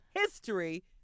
history